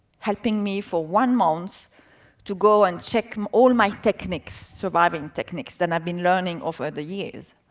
helping me for one month to go and check all my techniques, surviving techniques that i've been learning over the years.